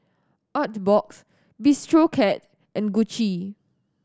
Artbox Bistro Cat and Gucci